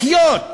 לחיות.